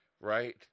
right